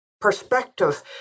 perspective